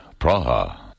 Praha